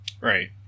Right